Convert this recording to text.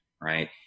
Right